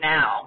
Now